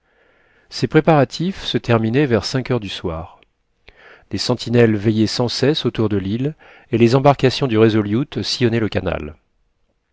ces préparatifs se terminaient vers cinq heures du soir des sentinelles veillaient sans cesse autour de lîle et les embarcations du resolute sillonnaient le canal